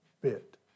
bit